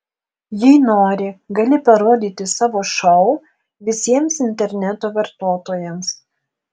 jei nori gali parodyti savo šou visiems interneto vartotojams